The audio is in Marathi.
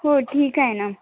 हो ठीक आहे ना